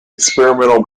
experimental